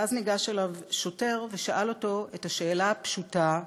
ואז ניגש אליו שוטר ושאל אותו את השאלה הפשוטה,